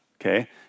okay